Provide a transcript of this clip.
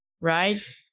right